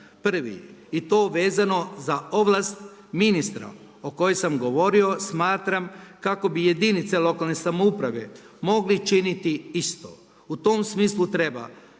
i to vezano za ovlast ministra o kojem sam govorio, smatram kako bi jedinice lokalne samouprave mogli činiti isto. U tom smislu treba